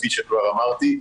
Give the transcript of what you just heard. כפי שכבר אמרתי,